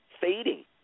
fading